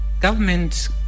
government